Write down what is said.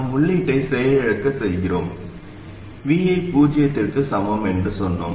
நாம் உள்ளீட்டை செயலிழக்கச் செய்கிறோம் விஐ பூஜ்ஜியத்திற்கு சமம் என்று சொன்னோம்